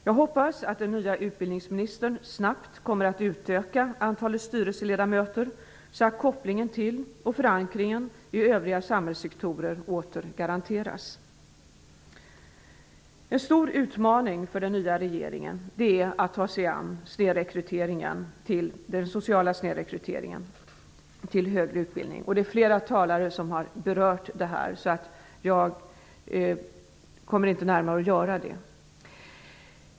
Jag hoppas att den nye utbildningsministern snabbt kommer att utöka antalet styrelseledamöter, så att kopplingen till och förankringen i övriga samhällssektorer åter garanteras. En stor utmaning för den nya regeringen är att ta sig an den sociala snedrekryteringen till högre utbildning. Flera talare har berört detta, så jag går inte närmare in på det.